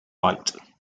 white